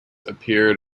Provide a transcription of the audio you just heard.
appeared